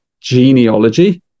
genealogy